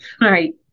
right